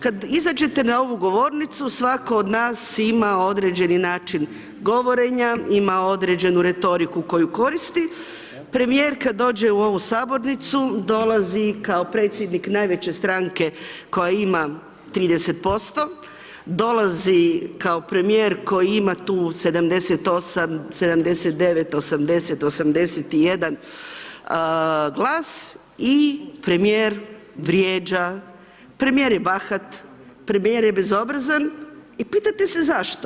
Kad izađete na ovu govornicu svatko od nas ima određeni način govorenja, ima određenu retoriku koju koristi, premijer kad dođe u ovu sabornicu, dolazi kao predsjednik najveće stranke koja ima 30%, dolazi kao premijer koji ima tu 78, 79, 80, 81 glas i premijer vrijeđa, premijer je bahat, premijer je bezobrazan i pitate se zašto?